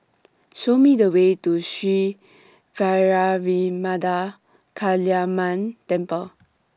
Show Me The Way to Sri Vairavimada Kaliamman Temple